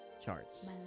charts